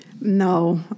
No